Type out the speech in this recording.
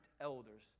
elders